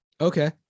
okay